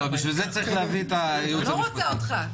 בשביל זה צריך להביא את הייעוץ המשפטי של משרד האוצר.